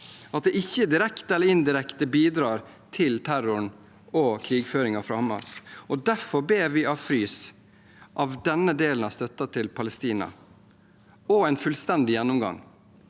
at de ikke direkte eller indirekte bidrar til terroren og krigføringen fra Hamas. Derfor ber vi om frys av denne delen av støtten til Palestina og en fullstendig gjennomgang.